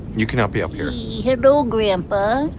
you cannot be up here hello, grandpa.